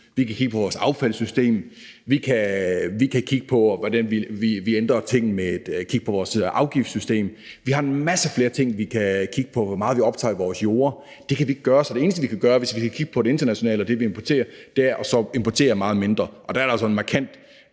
vi kan kigge på vores affaldssystem, vi kan kigge på, hvordan vi ændrer afgifter i vores afgiftssystem. Vi har en masse flere ting, vi kan kigge på, f.eks. hvor meget vi optager i vores jorde. Det kan vi ikke gøre internationalt, så det eneste, vi kan gøre, hvis vi skal kigge på det internationalt og kigge på det, vi importerer, er så at importere meget mindre. Og der er det altså en markant